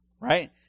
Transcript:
right